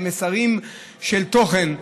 במסרים של תוכן.